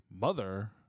Mother